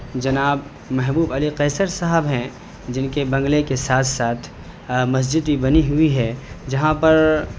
جناب محبوب علی قیصر صاحب ہیں جن کے بنگلے کے ساتھ ساتھ مسجد بھی بنی ہوئی ہے جہاں پر